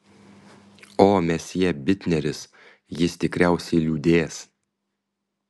o mesjė bitneris jis tikriausiai liūdės